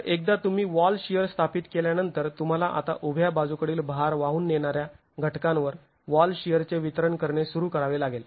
तर एकदा तुम्ही वॉल शिअर स्थापित केल्यानंतर तुम्हाला आता उभ्या बाजूकडील भार वाहून नेणाऱ्या घटकांवर वॉल शिअरचे वितरण करणे सुरू करावे लागेल